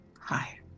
Hi